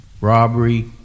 robbery